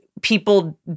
people